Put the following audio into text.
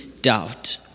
doubt